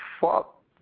fuck